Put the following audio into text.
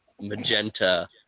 Magenta